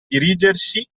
dirigersi